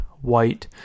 White